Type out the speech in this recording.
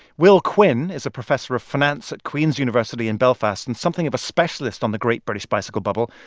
will quinn is a professor of finance at queen's university in belfast and something of a specialist on the great british bicycle bubble.